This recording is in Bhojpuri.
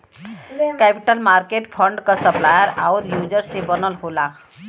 कैपिटल मार्केट फंड क सप्लायर आउर यूजर से बनल होला